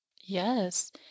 Yes